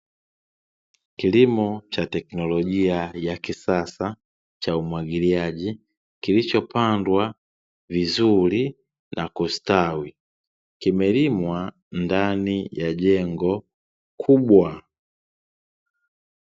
Kilimo cha teknolojia ya kisasa cha umwagiliaji kilichopandwa vizuri na kustawi, kimelimwa ndani ya jengo kubwa.